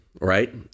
right